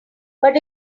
but